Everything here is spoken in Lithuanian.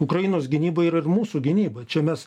ukrainos gynyba yra ir mūsų gynyba čia mes